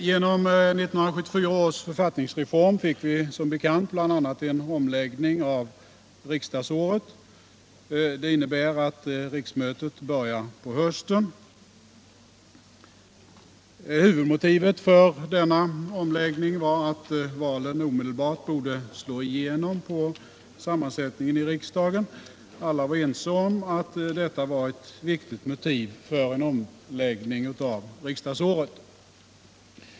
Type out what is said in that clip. Genom 1974 års författningsreform fick vi som bekant bl.a. en omläggning av riksdagsåret. Det innebär att riksmötet börjar på hösten. Huvudmotivet för denna omläggning var att valen omedelbart borde slå igenom på sammansättningen i riksdagen. Alla var överens om att detta var ett viktigt motiv för en omläggning av riksdagsåret.